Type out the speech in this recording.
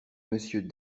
monsieur